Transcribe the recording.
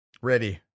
Ready